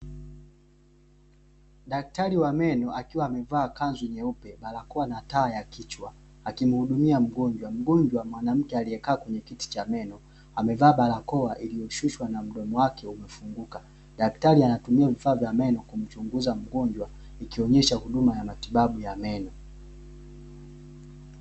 Daktari wa meno akiwa amevaa kanzu jeupe na taa kichwani akimtibu mgonjwa mwanamke amekaa kwenye kiti amevaa barakoa anayoishusha akimchunguza ikionyesha matibabu ya meno